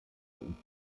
und